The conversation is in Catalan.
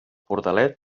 portalet